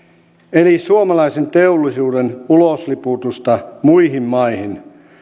eli suomalaisen teollisuuden ulosliputusta muihin maihin